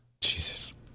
Jesus